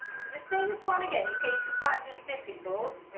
just play this one again in case you find this difficult